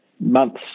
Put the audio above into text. months